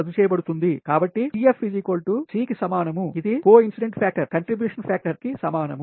కాబట్టి CF C కి సమానం ఇది కోఇన్సిడెంట్ ఫ్యాక్టర్ కంట్రిబ్యూషన్ ఫ్యాక్టర్కి సమానం